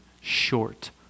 short